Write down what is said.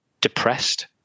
depressed